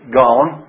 gone